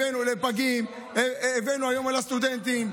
הבאנו לפגים, הבאנו היום לסטודנטים.